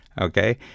okay